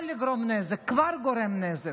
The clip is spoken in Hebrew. יכול לגרום נזק, כבר גורם נזק.